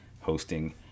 hosting